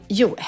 jo